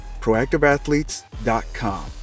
proactiveathletes.com